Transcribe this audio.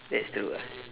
that's true ah